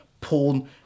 pulled